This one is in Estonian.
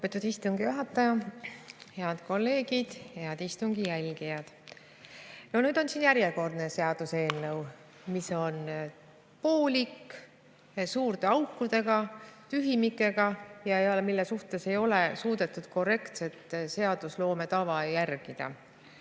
Lugupeetud istungi juhataja! Head kolleegid! Head istungi jälgijad! No nüüd on siin järjekordne seaduseelnõu, mis on poolik, suurte aukudega, tühimikega, ja mille suhtes ei ole suudetud korrektset seadusloome tava järgida.